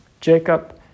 Jacob